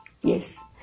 yes